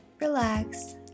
relax